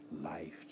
life